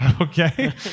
Okay